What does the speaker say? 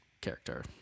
character